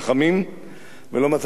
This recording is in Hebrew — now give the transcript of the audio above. ולא מצאתי לגוף טוב משתיקה,